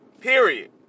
Period